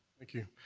thank you.